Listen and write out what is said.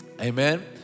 amen